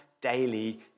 daily